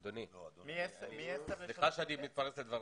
אדוני, סליחה שאני מתפרץ לדבריך.